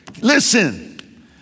listen